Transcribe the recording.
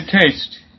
taste